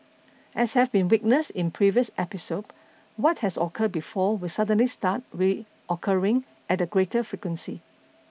as have been witnessed in previous episode what has occurred before will suddenly start re occurring at a greater frequency